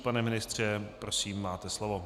Pane ministře, prosím, máte slovo.